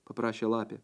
paprašė lapė